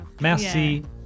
Merci